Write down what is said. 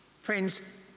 Friends